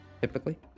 typically